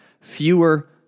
fewer